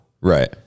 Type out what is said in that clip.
Right